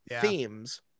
themes